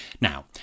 Now